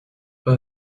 pas